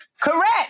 Correct